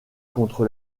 contre